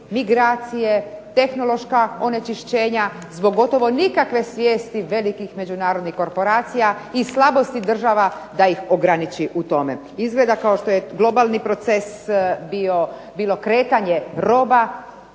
migracije, tehnološka onečišćenja zbog gotovo nikakve svijesti velikih međunarodnih korporacija i slabosti država da ih ograniči u tome. Izgleda kao što je globalni proces bilo kretanje roba,